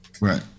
Right